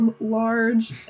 large